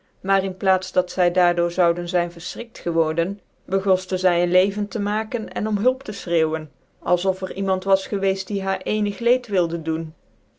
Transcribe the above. maar in plaats dat zy daar door zoude zyn verfchrikt geworden bcgoftcn zy ccn leven te maaken en om hulp tc fehrecuwen als of er iemand was gctvceft die haar ccnig leed wilde doen